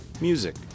music